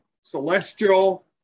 celestial